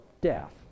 death